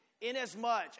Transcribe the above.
Inasmuch